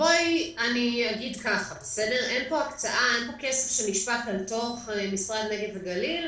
אני אגיד כך: אין פה כסף שנשפך לתוך משרד הנגב והגליל,